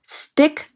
stick